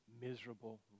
miserable